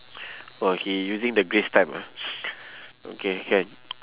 !wah! he using the grace time ah okay can